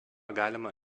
galima